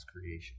creation